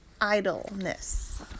idleness